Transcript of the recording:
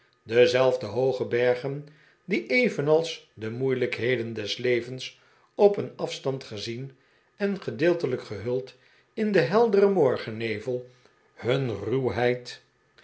dezelfde hooge bergen die evenals de moeilijkheden des levehs op een afstand gezien en gedeeltelijk gehuld in den helderen morgennevel hun ruwheid